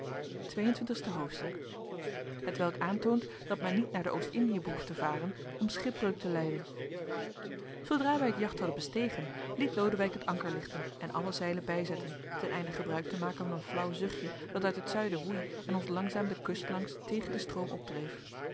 twee-en-twintigste hoofdstuk hetwelk aantoont dat men niet naar de oost indien behoeft te varen om schipbreuk te lijden zoodra wij het jacht hadden bestegen liet lodewijk het anker lichten en alle zeilen bijzetten ten einde gebruik te maken van een flauw zuchtje dat uit het zuiden woei en ons langzaam de kust langs tegen den stroom opdreef